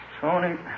Tony